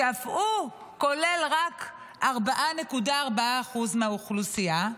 שאף הוא כולל רק 4.4% מהאוכלוסייה,